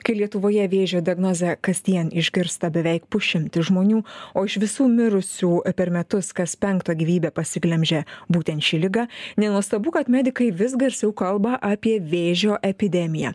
kai lietuvoje vėžio diagnozę kasdien išgirsta beveik pusšimtis žmonių o iš visų mirusių per metus kas penkto gyvybę pasiglemžia būtent ši liga nenuostabu kad medikai vis garsiau kalba apie vėžio epidemiją